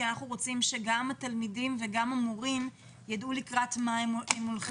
כי אנחנו רוצים שגם התלמידים וגם המורים יידעו לקראת מה הם הולכים.